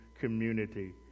community